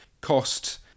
cost